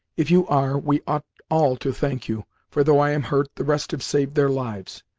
if you are, we ought all to thank you, for, though i am hurt, the rest have saved their lives.